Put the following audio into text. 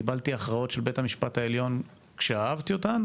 קיבלתי הכרעות של בית-המשפט העליון כשאהבתי אותן,